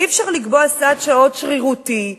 אי-אפשר לקבוע סד שעות שרירותי,